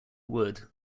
wood